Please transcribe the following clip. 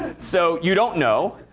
so you don't know,